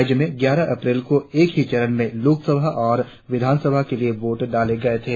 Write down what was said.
राज्य में यारह अप्रैल को एक ही चरण में लोकसभा और विधानसभा के लिए वोट डाले गए थे